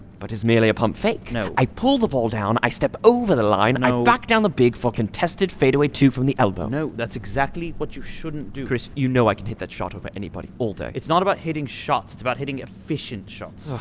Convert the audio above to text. but tis merely a pump fake! no i pull the ball down! i step over the line. no i back down the big for a contested fadeaway two from the elbow. no. that's exactly what you shouldn't do chris, you know i can hit that shot over anybody all day it's not about hitting shots it's about hitting efficient shots ugh,